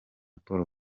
paul